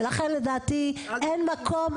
ולכן לדעתי אין מקום,